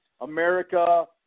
America